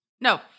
no